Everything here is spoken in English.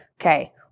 Okay